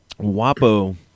Wapo